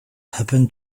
happened